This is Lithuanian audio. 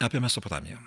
apie mesopotamiją